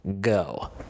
go